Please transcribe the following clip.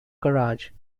garage